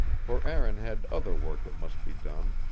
for aaron had other work that must be done,